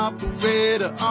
Operator